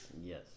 yes